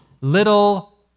little